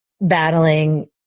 battling